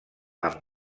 amb